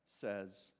says